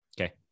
Okay